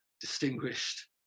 distinguished